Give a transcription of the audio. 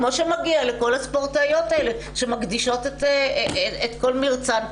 כמו שמגיע לכל הספורטאיות האלה שמקדישות את כל מרצן,